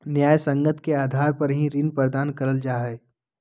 न्यायसंगत के आधार पर ही ऋण प्रदान करल जा हय